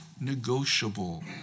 negotiable